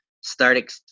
start